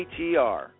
ATR